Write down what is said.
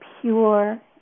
pure